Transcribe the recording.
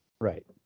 Right